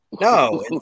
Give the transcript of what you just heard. No